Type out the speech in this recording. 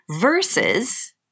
versus